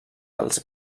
els